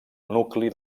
nucli